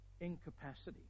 incapacity